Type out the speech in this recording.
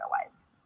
otherwise